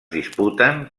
disputen